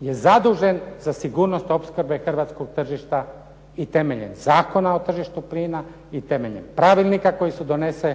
je zadužen za sigurnog opskrbe hrvatskog tržišta i temeljem Zakona o tržištu plina i temeljem pravilnika koji su doneseni